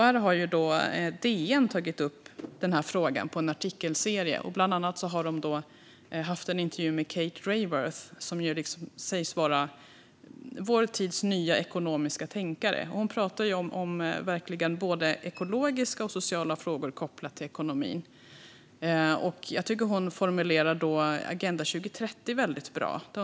DN har tagit upp frågan i en artikelserie. De har bland annat gjort en intervju med Kate Raworth, som sägs vara vår tids nya ekonomiska tänkare. Hon pratar om både ekologiska och sociala frågor kopplat till ekonomin. Jag tycker att hon formulerar Agenda 2030 på ett väldigt bra sätt.